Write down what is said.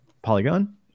Polygon